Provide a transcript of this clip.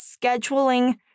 scheduling